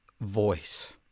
voice